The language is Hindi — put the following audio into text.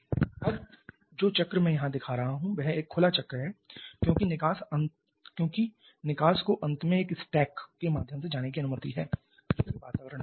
अब जो चक्र मैं यहां दिखा रहा हूं वह एक खुला चक्र है क्योंकि निकास को अंत में एक स्टैक के माध्यम से जाने की अनुमति है जो कि वातावरण में जाएगा